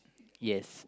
yes